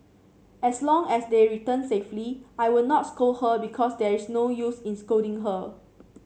as long as they return safely I will not scold her because there is no use in scolding her